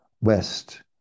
west